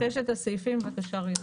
לששת הסעיפים, בבקשה רינת.